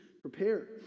prepare